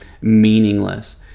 meaningless